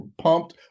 pumped